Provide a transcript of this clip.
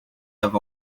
have